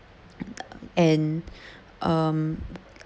and um